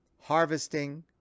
harvesting